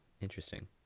interesting